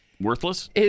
worthless